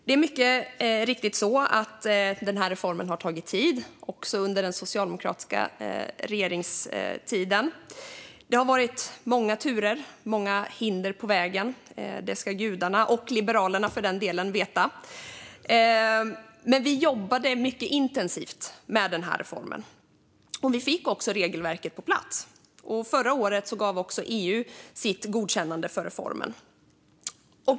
Det är mycket riktigt så att reformen har tagit tid också under den socialdemokratiska regeringstiden. Det har varit många turer och hinder på vägen. Detta ska gudarna, och Liberalerna med för den delen, veta. Men vi jobbade mycket intensivt med reformen, och vi fick också regelverket på plats. Förra året gav också EU sitt godkännande till reformen.